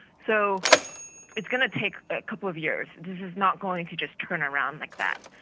so it's going to take a couple of years. this is not going to just turn around like that.